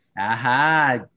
Aha